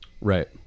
Right